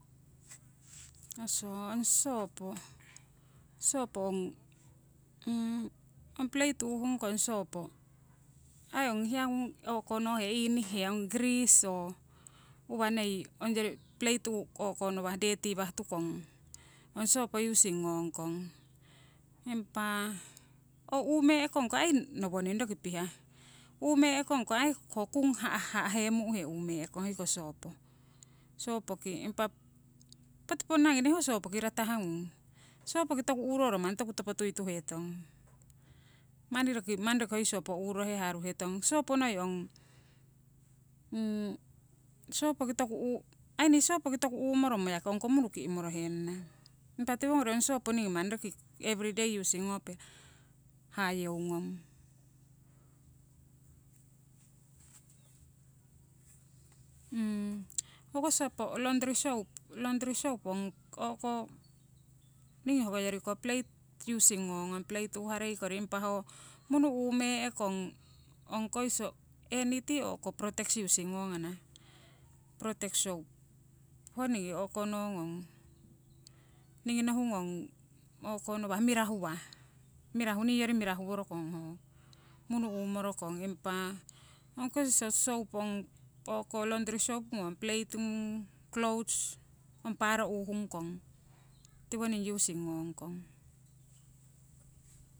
Oso ong sopo, sopo ong plate uuhung kong sopo aii ong hiya ngung o'konohe inihuhe ong grease oo uwah noi ongyori plate o'konawah deti wah tukong, ong sopo using ngongkong. Impa ho uumee'kong ko aii roki nowoning roki pihah, uumee'kong ko aii ho kung ha'hemu`he uumee'kong hoiko sopo, sopoki. Impa poti ponna ngi nee ho sopoki ratahnung, sopoki toku uuroro aii manni toku topo tuituhetong, manni roki, manni roki hoi sopoki uuroro haruhetong. Sopo noi ong sopoki toku uu aii nii sopoki toku uumoromo manni ong ko munu ki'morohenana. Impa tiwongori ong sopo ningii manni roki every day using ngope hayeungong. hoko sopo laundry soap, laundry soap ong o'ko ningii hokoyoriko plate using nongong, plate uuharei kori, impa ho munu uumee'kong ong koiso net oo nii hoko protex using no nghana. Protex soap ho ningii o'konong ningii nohungong o'konowah mirahuwah, mirahu niiyori mirahu worokong ho, munu uumorokong. Impa ong koiso soap ngung o'ko laundri soap ong plate ngung, clothes ong paaro uuhung kong tiwoning using ngongkong.